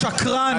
שקרן.